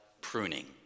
pruning